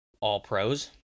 All-Pros